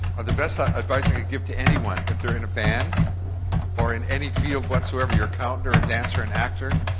the best ah advice i can give to anyone if they're in a band or in any field whatsoever, you're accountant or a dancer or an actor,